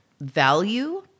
value